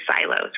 silos